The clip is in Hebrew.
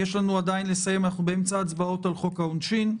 אנחנו באמצע הצבעות על חוק העונשין.